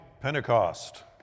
Pentecost